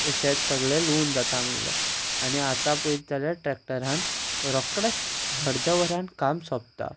शेत सगळें लुवून जाता म्हणल्यार आनी आतां पयत जाल्यार ट्रेक्टरान रोकडेच अर्द्या वरान काम सोंपता